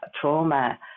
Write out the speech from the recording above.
trauma